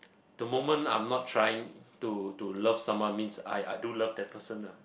the moment I'm not trying to to love someone means I I do love that person lah